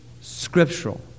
scriptural